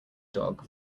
dog